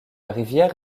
rivière